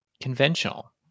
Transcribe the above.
Conventional